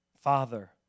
Father